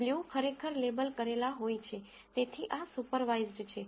blue ખરેખર label કરેલા હોય છે તેથી આ સુપરવાઇસ્ડ છે